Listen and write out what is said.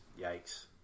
yikes